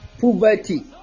poverty